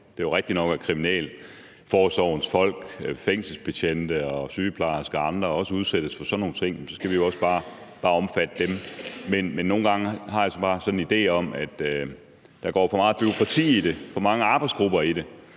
Det er jo rigtigt nok, at kriminalforsorgens folk – fængselsbetjente, sygeplejersker og andre – også udsættes for sådan nogle ting, men så skal vi jo også bare omfatte dem. Men nogle gange har jeg bare sådan en idé om, at der går for meget bureaukrati i det og for mange arbejdsgrupper i det.